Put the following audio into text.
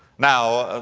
now, ah,